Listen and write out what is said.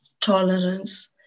tolerance